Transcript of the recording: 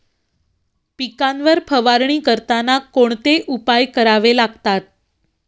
पिकांवर फवारणी करताना कोणते उपाय करावे लागतात?